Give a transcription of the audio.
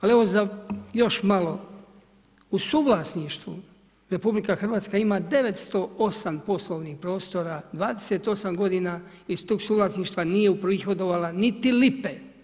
Ali evo za još malo, u suvlasništvu RH ima 808 poslovnih prostora, 28 godina iz tog suvlasništva nije uprihodovala niti lipe.